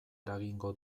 eragingo